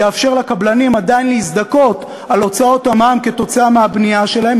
יאפשר לקבלנים עדיין להזדכות על הוצאות המע"מ כתוצאה מהבנייה שלהם,